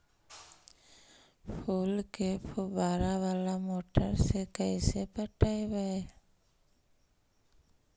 फूल के फुवारा बाला मोटर से कैसे पटइबै?